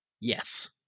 Yes